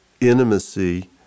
intimacy